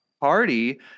party